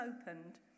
opened